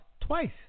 twice